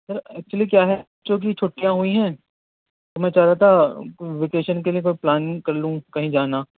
سر actually کیا ہے بچوں کی چھٹیاں ہوئی ہیں تو میں چاہ رہا تھا وکیشن کے لیے کوئی پلاننگ کر لوں کہیں جانا